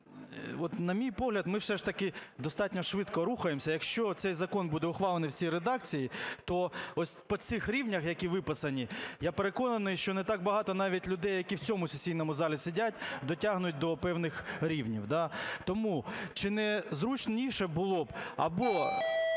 на мій погляд, ми все ж таки достатньо швидко рухаємося. Якщо цей закон буде ухвалений в цій редакції, то ось по цих рівнях, які виписані, я переконаний, що не так багато навіть людей, які в цьому сесійному залі сидять, дотягнуть до певних рівнів, да. Тому чи не зручніше було б або